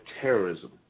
terrorism